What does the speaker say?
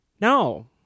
no